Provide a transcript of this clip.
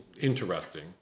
interesting